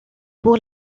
pour